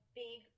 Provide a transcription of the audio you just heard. big